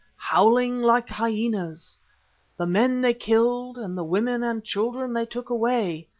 howling like hyenas the men they killed and the women and children they took away.